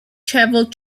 travel